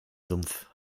sumpf